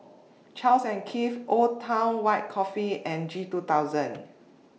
Charles and Keith Old Town White Coffee and G two thousand